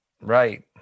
right